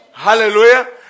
Hallelujah